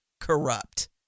corrupt